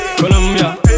Colombia